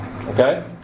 okay